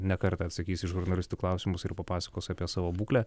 ne kartą atsakys į žurnalistų klausimus ir papasakos apie savo būklę